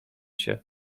się